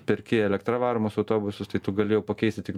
perki elektra varomus autobusus tai tu gali jau pakeisti tik